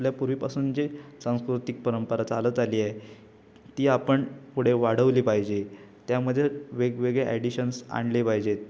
आपल्या पूर्वीपासून जे सांस्कृतिक परंपरा चालत आली आहे ती आपण पुढे वाढवली पाहिजे त्यामधे वेगवेगळे ॲडिशन्स आणले पाहिजेत